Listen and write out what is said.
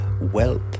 wealth